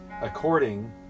According